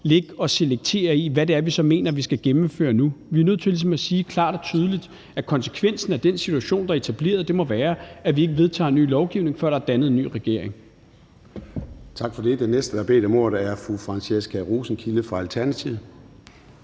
i forhold til hvad det så er, vi mener at vi skal gennemføre nu. Vi er nødt til ligesom at sige klart og tydeligt, at konsekvensen af den situation, der er etableret, må være, at vi ikke vedtager ny lovgivning, før der er dannet en ny regering. Kl. 13:20 Formanden (Søren Gade): Tak for det. Den næste, der har bedt om ordet, er fru Franciska Rosenkilde fra Alternativet.